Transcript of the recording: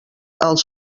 els